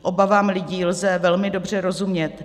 Obavám lidí lze velmi dobře rozumět.